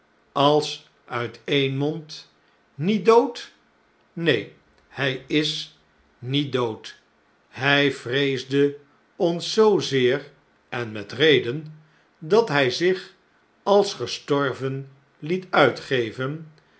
als uit een mond met dood neen hij is niet dood hij vreesde ons zoozeer en met reden dat hij zich als gestorven liet uitgeven